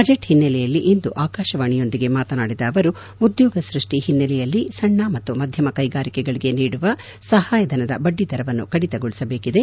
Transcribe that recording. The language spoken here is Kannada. ಬಜೆಟ್ ಹಿನ್ನೆಲೆಯಲ್ಲಿ ಇಂದು ಆಕಾಶವಾಣಿಯೊಂದಿಗೆ ಮಾತನಾಡಿದ ಅವರು ಉದ್ಯೋಗ ಸೃಷ್ವಿ ಹಿನ್ನೆಲೆಯಲ್ಲಿ ಸಣ್ವ ಮತ್ತು ಮಧ್ಯಮ ಕೈಗಾರಿಕೆಗಳಿಗೆ ನೀಡುವ ಸಹಾಯಧನದ ಬಡ್ವಿದರವನ್ನು ಕಡಿತಗೊಳಿಸಬೇಕಿದೆ